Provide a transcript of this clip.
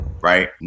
right